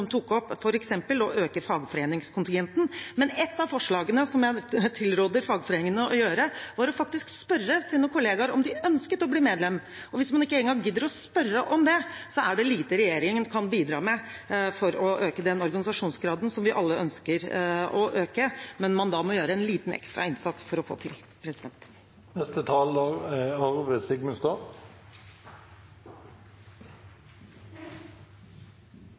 tok opp f.eks. å øke fagforeningskontingenten, men ett av forslagene, som jeg tilrår fagforeningene å gjennomføre, er å spørre sine kollegaer om de ønsker å bli medlem. Hvis man ikke engang gidder å spørre om det, er det lite regjeringen kan bidra med for å øke organisasjonsgraden, som vi alle ønsker å øke, men som man da må gjøre en liten ekstra innsats for å få til. Jeg avsluttet mitt innlegg i sted med å si at jeg er